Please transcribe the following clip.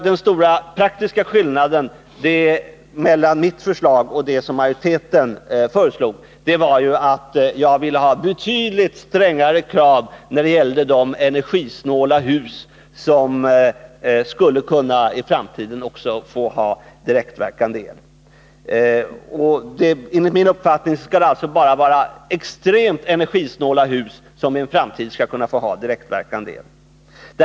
Den stora praktiska skillnaden mellan mitt förslag och majoritetens var att jag ville ha betydligt strängare krav när det gällde de energisnåla hus som i framtiden skulle få ha direktverkande elvärme. Enligt min uppfattning skall det bara vara extremt energisnåla hus som i framtiden skall få ha direktverkande elvärme.